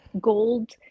Gold